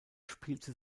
spielte